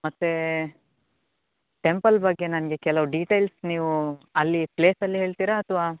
ಮತ್ತು ಟೆಂಪಲ್ ಬಗ್ಗೆ ನನಗೆ ಕೆಲವು ಡೀಟೇಲ್ಸ್ ನೀವು ಅಲ್ಲಿ ಪ್ಲೇಸಲ್ಲಿ ಹೇಳ್ತೀರಾ ಅಥವಾ